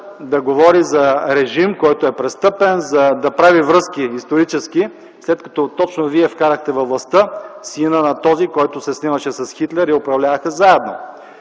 да говори за режим, който е престъпен, да прави исторически връзки, след като точно вие вкарахте във властта сина на този, който се снимаше с Хитлер и управляваха заедно.